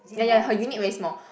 ya ya her unit very small